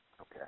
okay